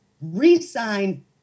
re-sign